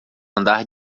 andar